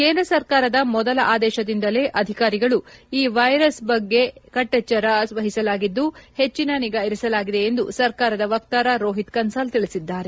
ಕೇಂದ್ರ ಸರ್ಕಾರದ ಮೋದಲ ಆದೇಶದಿಂದಲೇ ಅಧಿಕಾರಿಗಳು ಈ ವೈರಸ್ ಬಗ್ಗೆ ಕಟ್ಟೆಚ್ಚರ ವಹಿಸಲಾಗಿದ್ದು ಹೆಚಿನ ನಿಗಾ ಇರಿಸಲಾಗಿದೆ ಎಂದು ಸಕಾರದ ವಕ್ತಾರ ರೋಹಿತ್ ಕನ್ಸಾಲ್ ತಿಳಿಸಿದ್ದಾರೆ